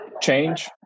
change